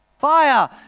fire